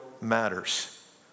matters